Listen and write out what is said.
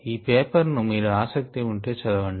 ఈ పేపర్ ను మీరు ఆసక్తి ఉంటే చదవండి